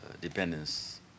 dependence